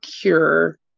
cure